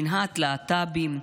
שנאת להט"בים,